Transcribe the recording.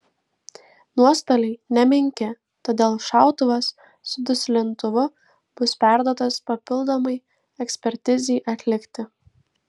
nuostoliai nemenki todėl šautuvas su duslintuvu bus perduotas papildomai ekspertizei atlikti